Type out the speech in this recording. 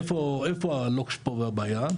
איפה הלוקש פה והבעיה?